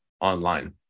online